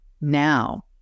now